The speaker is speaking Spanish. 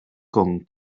con